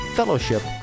Fellowship